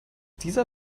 dieser